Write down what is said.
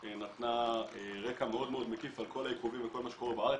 שנתנה רקע מאוד מאוד מקיף על כל העיכובים וכל מה שקורה בארץ.